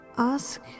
Ask